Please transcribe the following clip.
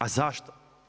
A zašto?